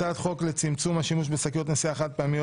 הצעת חוק לצמצום השימוש בשקיות נשיאה חד-פעמיות